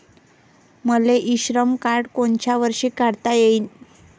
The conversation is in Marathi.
मले इ श्रम कार्ड कोनच्या वर्षी काढता येईन?